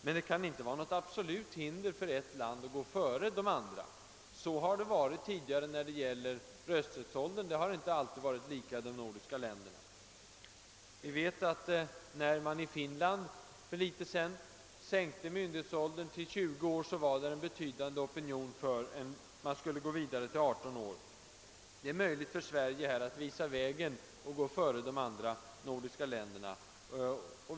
Men det kan inte utgöra ett absolut hinder för ett land att gå före de övriga. Rösträttsåldern har inte alltid varit densamma i de nordiska länderna. När man i Finland för kort tid sedan sänkte myndighetsåldern till 20 år, var det en betydande opinion för att man skulle sträcka sig ända ned till 18 år. Det borde vara möjligt för Sverige att gå före och visa vägen för de övriga nordiska länderna på detta område.